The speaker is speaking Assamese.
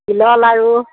তিলৰ লাড়ু